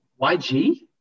yg